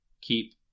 keep